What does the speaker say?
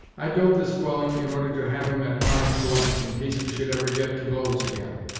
i built this dwelling in order to have em at arm's length, in case we should ever get to blows again.